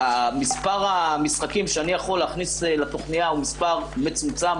מספר המשחקים שאני יכול להכניס לתכנייה הוא מספר מצומצם,